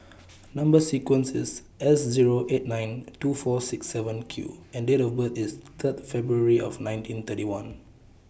Number sequence IS S Zero eight nine two four six seven Q and Date of birth IS Third February of nineteen thirty one